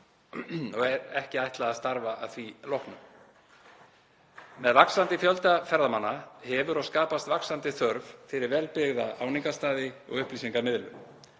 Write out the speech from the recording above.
og er ekki ætlað að starfa að því loknu. Með vaxandi fjölda ferðamanna hefur og skapast vaxandi þörf fyrir vel byggða áningarstaði og upplýsingamiðlun.